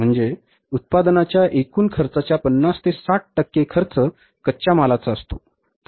म्हणजे उत्पादनाच्या एकूण खर्चाच्या 50 ते 60 टक्के खर्च कच्च्या मालाचा असतो